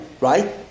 right